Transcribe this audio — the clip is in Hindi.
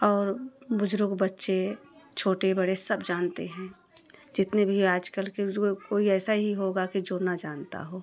और बुजुर्ग बच्चे छोटे बड़े सब जानते हैं जितने भी आजकल के कोई ऐसा ही होगा कि जो न जानता हो